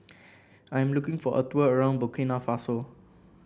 I am looking for a tour around Burkina Faso